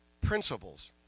principles